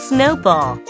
Snowball